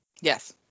Yes